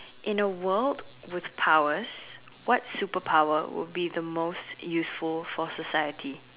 in a world with powers what superpower will be the most useful for society